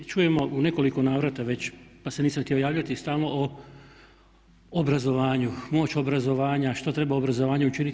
Čujemo u nekoliko navrata već, pa se nisam htio javljati stalno o obrazovanju, moć obrazovanja, što treba obrazovanje učiniti.